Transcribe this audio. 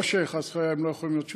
לא שחס וחלילה הם לא יכולים להיות שותפים,